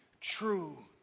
true